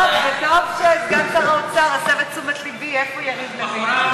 טוב שסגן שר האוצר הסב את תשומת לבי לשאלה איפה יריב לוין.